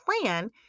plan